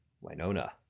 Winona